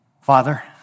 Father